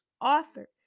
author